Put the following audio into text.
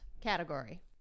category